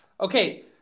okay